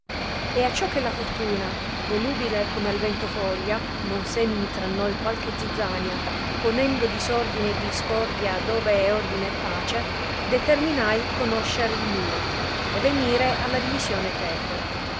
e acciò che la fortuna volubile come al vento foglia non semini tra noi qualche zizania ponendo disordine e discordia dove è ordine e pace determinai conoscer il mio e venire alla divisione teco